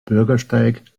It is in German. bürgersteig